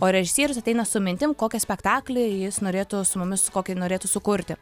o režisierius ateina su mintim kokį spektaklį jis norėtų su mumis kokį norėtų sukurti